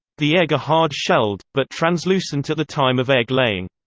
the egg are hard shelled, but translucent at the time of egg-laying.